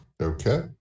Okay